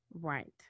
Right